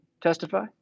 testify